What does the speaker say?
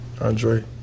Andre